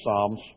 Psalms